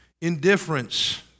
indifference